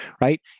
right